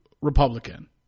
Republican